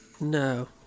no